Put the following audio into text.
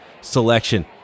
selection